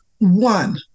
One